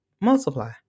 multiply